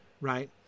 right